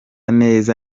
neza